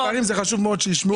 חשוב מאוד שישמעו את זה.